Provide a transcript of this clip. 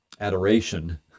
adoration